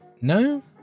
No